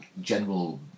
general